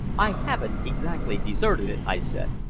i haven't exactly deserted it, i said.